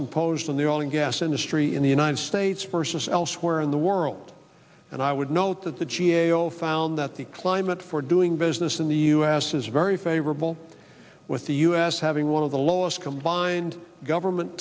imposed on the oil and gas industry in the united states versus elsewhere in the world and i would note that the g a o found that the climate for doing business in the us is very favorable with the us having one of the lowest combined government